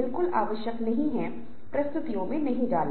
समूह गतिशील में 2 शब्द